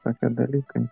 tokie dalykai